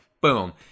Boom